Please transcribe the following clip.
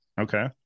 Okay